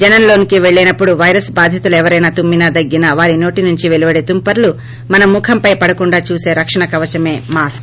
జనంలోకి వెళ్లినపుడు వైరస్ బాధితులు ఎవరైనా తుమ్మినా దగ్గినా వారి నోటీ నుంచి పెలువడే తుంపర్లు మన ముఖంపై పడకుండా చూసే రక్షణ కవచమే మాస్కు